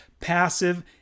passive